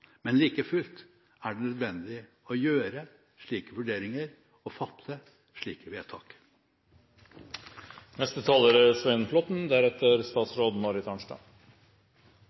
Men like fullt er det nødvendig å gjøre slike vurderinger og fatte slike vedtak. La meg også understreke at det selvsagt er